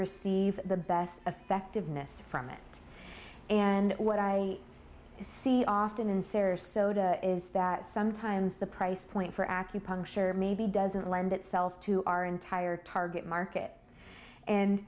receive the best effectiveness from it and what i see often in sarasota is that sometimes the price point for acupuncture maybe doesn't lend itself to our entire target market and